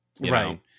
right